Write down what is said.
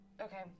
okay